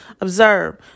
Observe